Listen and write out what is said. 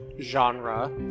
genre